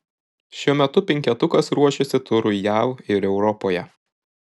šiuo metu penketukas ruošiasi turui jav ir europoje